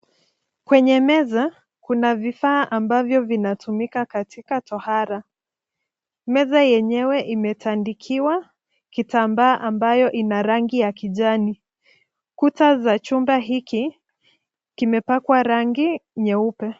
Kwenye meza kuna vifaa ambavyo vinatumika katika tohara. Meza yenyewe imetandikiwa kitambaa ambayo ina rangi ya kijani. Kuta za chumba hiki kimepakwa rangi nyeupe.